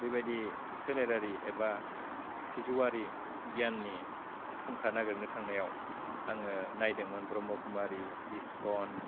बेबायदि सोलेरारि एबा सिजौआरि गियाननि फुंखा नायगिरनो थांनायाव आङो नायदोंमोन ब्रह्म कुमारि इसकन